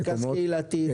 מרכז קהילתי.